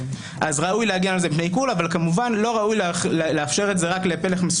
אז ראוי להגן על זה מפני עיקול.